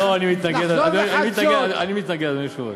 אני מתנגד, אדוני היושב-ראש.